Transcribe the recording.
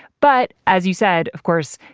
but as you said, of course,